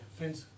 Friends